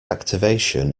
activation